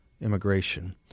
immigration